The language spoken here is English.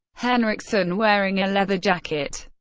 henriksen, wearing a leather jacket,